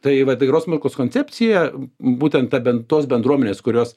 tai va tikros mokos koncepcija būtent ta ben tos bendruomenės kurios